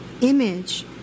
image